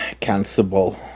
cancelable